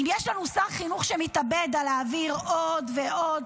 אם יש לנו שר חינוך שמתאבד על להעביר עוד ועוד